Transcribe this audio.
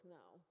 now